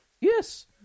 Yes